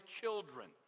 children